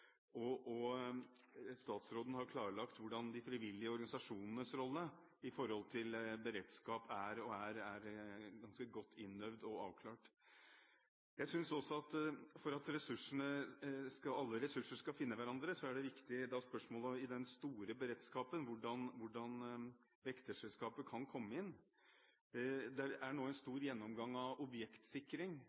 og statsråden har klarlagt hvordan de frivillige organisasjonenes rolle med hensyn til beredskap er ganske godt innøvd og avklart. For at alle ressurser skal finne hverandre, synes jeg et viktig spørsmål i den store beredskapen er hvordan vekterselskaper kan komme inn. Det foregår nå en stor gjennomgang av objektsikring